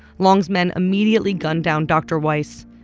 long's men immediately gunned down dr. weiss,